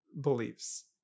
beliefs